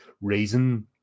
reason